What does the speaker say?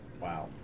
Wow